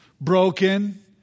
broken